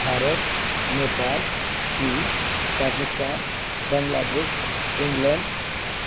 भारत् नेपाल् चीन् पाकिस्तान् बाङ्ग्लादेस् इङ्ग्लेण्ड्